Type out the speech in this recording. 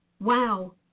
Wow